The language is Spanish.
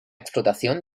explotación